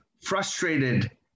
frustrated